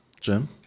Jim